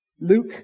Luke